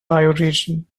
bioregion